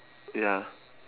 ya